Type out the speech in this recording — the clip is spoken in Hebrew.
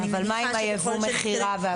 אבל מה עם הייבוא, מכירה?